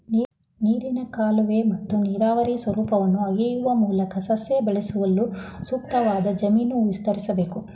ನೀರಿನ ಕಾಲುವೆ ಮತ್ತು ನೀರಾವರಿ ಸ್ವರೂಪವನ್ನು ಅಗೆಯುವ ಮೂಲಕ ಸಸ್ಯ ಬೆಳೆಸಲು ಸೂಕ್ತವಾದ ಜಮೀನು ವಿಸ್ತರಿಸ್ಬೇಕು